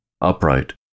upright